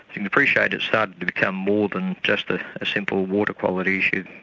you can appreciate it started to become more than just a simple water quality issue.